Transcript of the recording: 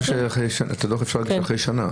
אני אומר שאת הדוח אפשר אחרי שנה.